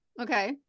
Okay